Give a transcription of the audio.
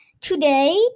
today